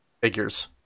figures